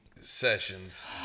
sessions